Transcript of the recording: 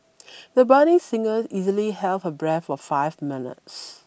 the budding singer easily held her breath for five minutes